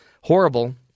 horrible